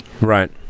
Right